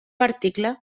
article